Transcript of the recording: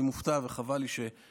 אני מופתע, וחבל לי שאנשים